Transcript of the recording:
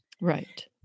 Right